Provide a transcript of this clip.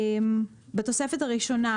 בתוספת הראשונה,